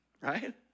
Right